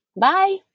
Bye